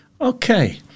Okay